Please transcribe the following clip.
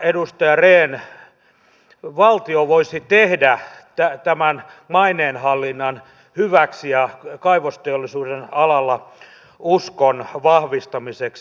mitä edustaja rehn valtio voisi tehdä tämän maineenhallinnan hyväksi ja kaivosteollisuuden alalla uskon vahvistamiseksi